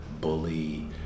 bully